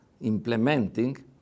implementing